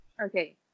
Okay